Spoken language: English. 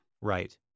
Right